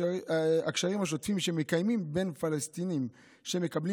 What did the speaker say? הקשרים השוטפים שמתקיימים בין פלסטינים שמקבלים